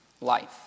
life